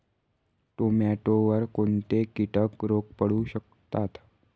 टोमॅटोवर कोणते किटक रोग पडू शकतात?